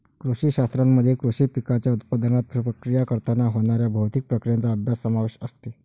कृषी शास्त्रामध्ये कृषी पिकांच्या उत्पादनात, प्रक्रिया करताना होणाऱ्या भौतिक प्रक्रियांचा अभ्यास समावेश असते